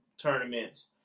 tournaments